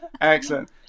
Excellent